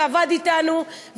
שעבד אתנו,